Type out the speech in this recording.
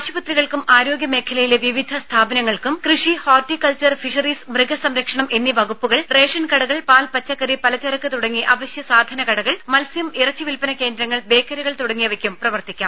ആശുപത്രികൾക്കും ആരോഗ്യ മേഖലയിലെ വിവിധ സ്ഥാപനങ്ങൾക്കും കൃഷി ഹോർട്ടികൾച്ചർ ഫിഷറീസ് മൃഗസംരക്ഷണം റേഷൻ കടകൾ പാൽ പച്ചക്കറി പലചരക്ക് തുടങ്ങി അവശ്യ സാധന കടകൾ മത്സ്യം ഇറച്ചി വിൽപന കേന്ദ്രങ്ങൾ ബേക്കറികൾ തുടങ്ങിയവയ്ക്ക് പ്രവർത്തിക്കാം